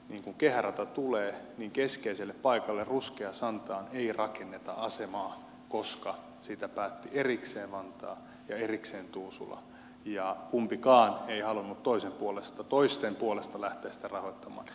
ja kun kehärata tulee näkökulmastaan keskeiselle paikalle ruskeasantaan ei rakenneta asemaa koska siitä päätti erikseen vantaa ja erikseen tuusula ja kumpikaan ei halunnut toisten puolesta lähteä sitä rahoittamaan